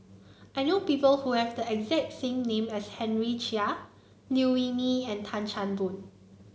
I know people who have the exact same name as Henry Chia Liew Wee Mee and Tan Chan Boon